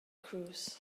cruise